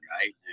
right